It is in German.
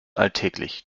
alltäglich